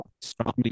strongly